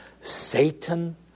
Satan